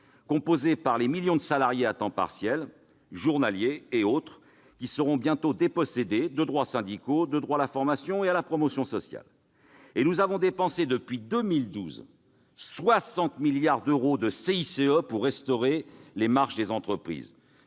active, ces millions de salariés à temps partiel, journaliers et autres, qui seront bientôt dépossédés de droits syndicaux, de droit à la formation et à la promotion sociale. Et nous avons dépensé, depuis 2012, quelque 60 milliards d'euros de CICE pour restaurer les marges des entreprises-